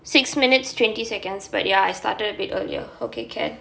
six minutes twenty seconds but ya I started a bit earlier okay can